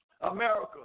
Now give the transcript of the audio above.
America